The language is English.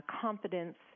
confidence